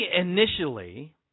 initially